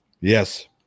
yes